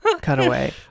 cutaway